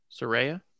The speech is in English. Soraya